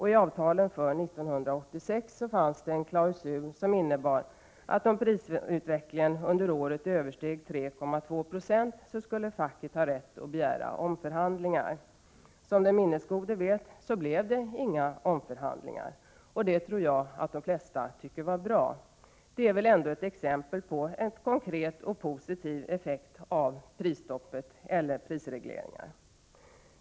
I avtalen för 1986 fanns en klausul som innebar, att om prisutvecklingen under året översteg 3,2 I skulle facket ha rätt att begära omförhandlingar. Som den minnesgode vet blev det inga omförhandlingar. Det tror jag att de flesta tycker var bra. Det är väl ändå ett exempel på en konkret och positiv effekt av prisstoppet eller prisregleringen.